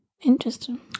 interesting